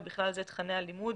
ובכלל זה תכני הלימוד,